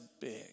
big